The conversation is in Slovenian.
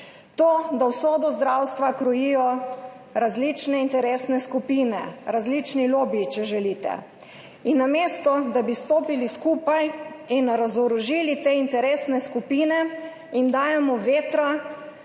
to, da usodo zdravstva krojijo različne interesne skupine, različni lobiji, če želite. Namesto da bi stopili skupaj in razorožili te interesne skupine, jim dajemo vetra